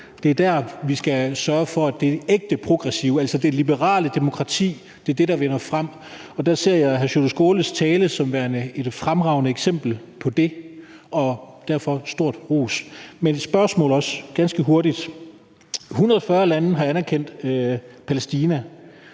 på, er der, hvor vi skal sørge for, at det ægte progressive – altså det liberale demokrati – vinder frem. Der ser jeg hr. Sjúrður Skaales tale som værende et fremragende eksempel på det. Derfor stor ros. Mit spørgsmål er ganske hurtigt om, at 140 lande har anerkendt Palæstina.